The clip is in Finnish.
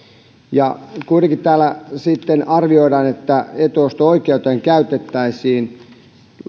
kuitenkin täällä sitten arvioidaan että etuosto oikeuteen käytettäisiin